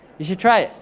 you should try it.